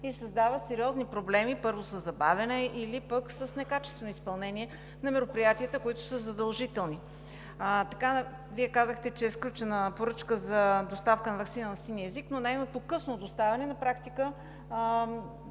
и създава сериозни проблеми, първо, със забавяне или пък с некачествено изпълнение на мероприятията, които са задължителни. Вие казахте, че е сключена поръчка за доставка на ваксина за син език, но нейното късно доставяне на практика